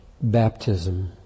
baptism